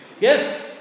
Yes